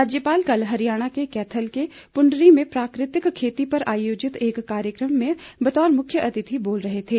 राज्यपाल कल हरियाणा के कैथल के पूंडरी में प्राकृतिक खेती पर आयोजित एक कार्यक्रम में बतौर मुख्य अतिथि बोल रहे थे